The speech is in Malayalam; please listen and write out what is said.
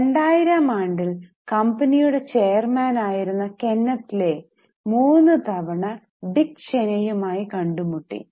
2000 ആണ്ടിൽ കമ്പനിയുടെ ചെയര്മാന് ആയിരുന്ന കെന്നേത് ലേ 3 തവണ ഡിക്ക് ചെനെയും ആയി കണ്ടുമുട്ടി